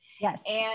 Yes